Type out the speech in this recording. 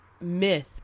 Myth